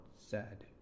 sad